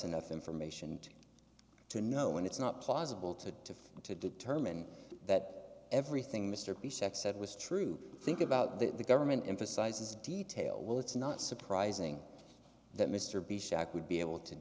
enough information to know when it's not possible to to determine that everything mr p sec said was true think about that the government emphasizes detail well it's not surprising that mr be shocked would be able to